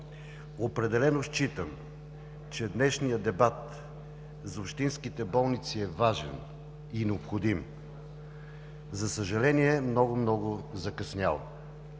Определено считам, че днешният дебат за общинските болници е важен и необходим, за съжаление, много, много закъснял.